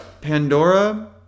Pandora